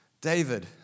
David